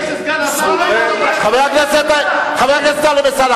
חבר הכנסת טלב אלסאנע,